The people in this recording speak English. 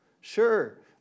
Sure